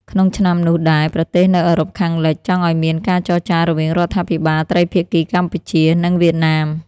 ក្នុងឆ្នាំនោះដែរ ប្រទេសនៅអឺរ៉ុបខាងលិចចង់ឱ្យមានការចរចារវាងរដ្ឋាភិបាលត្រីភាគីកម្ពុជា និងវៀតណាម។